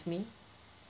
me